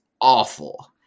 awful